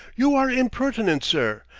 you are impertinent, sir!